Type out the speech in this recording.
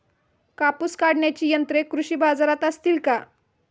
कापूस काढण्याची यंत्रे कृषी बाजारात असतील का?